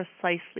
precisely